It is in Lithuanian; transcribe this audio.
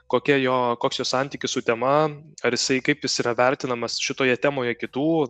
kokia jo koks jo santykis su tema ar jisai kaip jis yra vertinamas šitoje temoje kitų